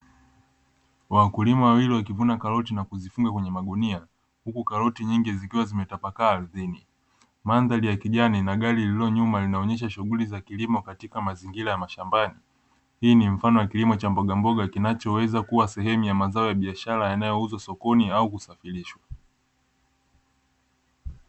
Wakulima wawili wakivuna karoti na kuzipima kwenye magunia, huku karoti nyingi zikiwa zimetapakaa ardhini. Mandhari ya kijani na gari lililo nyuma linaonyesha shughuli za kilimo katika mazingira ya mashambani, hii ni mfano wa kilimo cha mbogamboga kinachoweza kua sehemu ya mazao ya biashara yanayo uzwa sokoni au kusafirishwa.